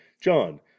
John